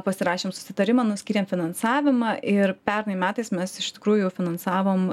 pasirašėm susitarimą nuskyrėm finansavimą ir pernai metais mes iš tikrųjų finansavom